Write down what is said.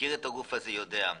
מכיר את הגוף הזה ויודע.